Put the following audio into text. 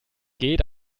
geht